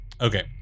Okay